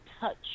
touch